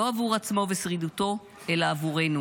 לא עבור עצמו ושרידותו אלא עבורנו.